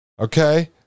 Okay